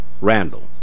Randall